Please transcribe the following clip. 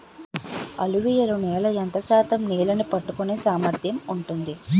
అలువియలు నేల ఎంత శాతం నీళ్ళని పట్టుకొనే సామర్థ్యం ఉంటుంది?